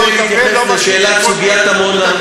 עכשיו אני רוצה להתייחס לשאלת עמונה,